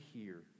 hear